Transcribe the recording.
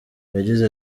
yagize